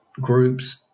groups